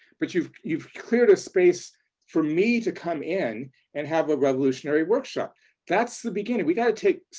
but you've you've cleared a space for me to come in and have a revolutionary workshop that's the beginning. we got to take,